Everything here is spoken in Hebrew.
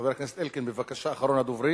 חבר הכנסת זאב אלקין, בבקשה, אחרון הדוברים.